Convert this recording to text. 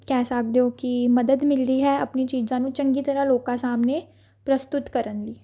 ਕਹਿ ਸਕਦੇ ਹੋ ਕਿ ਮਦਦ ਮਿਲਦੀ ਹੈ ਆਪਣੀ ਚੀਜ਼ਾਂ ਨੂੰ ਚੰਗੀ ਤਰ੍ਹਾਂ ਲੋਕਾਂ ਸਾਹਮਣੇ ਪ੍ਰਸਤੁਤ ਕਰਨ ਦੀ